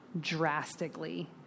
drastically